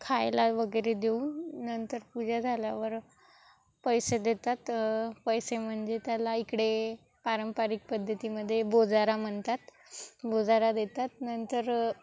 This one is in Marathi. खायला वगैरे देऊन नंतर पूजा झाल्यावर पैसे देतात पैसे म्हणजे त्याला इकडे पारंपरिक पद्धतीमध्ये बोजारा म्हणतात बोजारा देतात नंतर